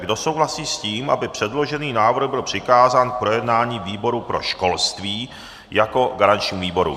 Kdo souhlasí s tím, aby předložený návrh byl přikázán k projednání výboru pro školství jako garančnímu výboru.